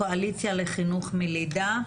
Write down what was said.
הקואליציה לחינוך מלידה.